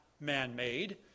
man-made